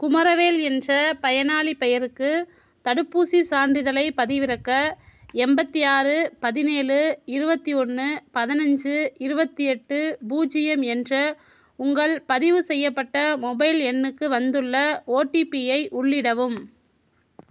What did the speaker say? குமரவேல் என்ற பயனாளி பெயருக்கு தடுப்பூசி சான்றிதழை பதிவிறக்க எண்பத்தி ஆறு பதினேழு இருபத்தி ஒன்று பதினஞ்சு இருபத்தி எட்டு பூஜ்ஜியம் என்ற உங்கள் பதிவு செய்யப்பட்ட மொபைல் எண்ணுக்கு வந்துள்ள ஓடிபியை உள்ளிடவும்